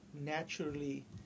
naturally